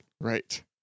Right